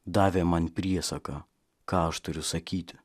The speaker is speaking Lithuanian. davė man priesaką ką aš turiu sakyti